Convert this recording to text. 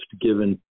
given